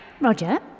Roger